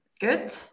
Good